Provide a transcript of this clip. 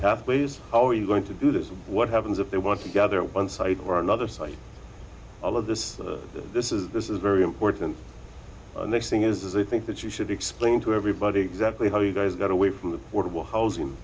pathways how are you going to do this and what happens if they want to gather one site or another site all of this this is this is very important and this thing is i think that you should explain to everybody exactly how you guys got away from the boardwalk housing